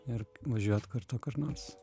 ir važiuot kartu kur nors